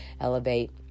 elevate